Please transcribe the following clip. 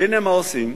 והנה, מה עושים?